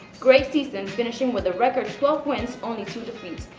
great season finishing with a record twelve wins, only two defeats.